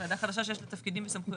ועדה חדשה, שיש לה תפקידים וסמכויות.